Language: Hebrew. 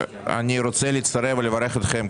אני רוצה להצטרף ולברך אתכם,